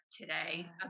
today